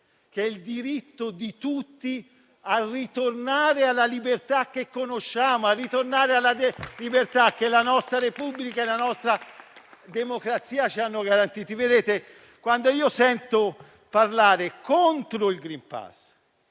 che è il diritto di tutti a ritornare alla libertà che conosciamo, alla libertà che la nostra Repubblica e la nostra democrazia ci hanno garantito. Quando sento parlare contro il *green pass*